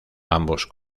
ambos